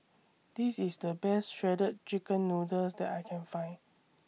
This IS The Best Shredded Chicken Noodles that I Can Find